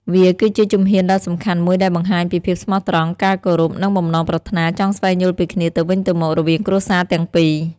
វាគឺជាជំហានដ៏សំខាន់មួយដែលបង្ហាញពីភាពស្មោះត្រង់ ការគោរព និងបំណងប្រាថ្នាចង់ស្វែងយល់ពីគ្នាទៅវិញទៅមករវាងគ្រួសារទាំងពីរ។